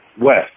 West